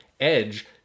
edge